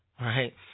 right